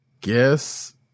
guess